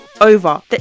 over